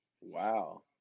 Wow